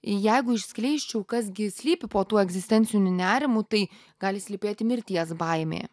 jeigu išskleisčiau kas gi slypi po tuo egzistenciniu nerimu tai gali slypėti mirties baimė